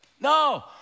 No